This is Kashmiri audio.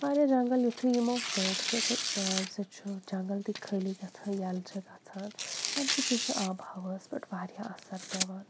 واریاہ جنٛگَل یُتھُے یِمو ژٔٹۍ تہِ تہٕ اَمہِ سۭتۍ چھُ جنٛگَل تہِ خٲلی گَژھان یلہٕ چھِ گژھان اَمہِ سۭتۍ تہِ چھُ آبہٕ ہَواَس پٮ۪ٹھ واریاہ اَثر پیٚوان